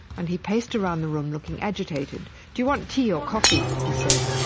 and he paced around the room looking agitated. do you want tea or coffee? he said,